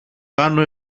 κάνω